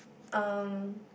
erm